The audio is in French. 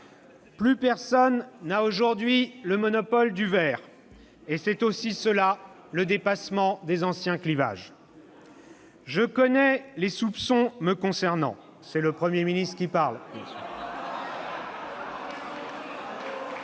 Plus personne n'a aujourd'hui le monopole du vert, et c'est aussi cela, le dépassement des anciens clivages. « Je connais les soupçons me concernant »- c'est le Premier ministre qui parle ! Je